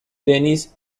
denis